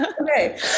Okay